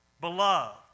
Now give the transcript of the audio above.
Beloved